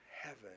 heaven